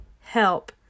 help